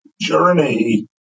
journey